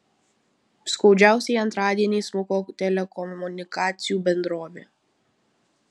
skaudžiausiai antradienį smuko telekomunikacijų bendrovė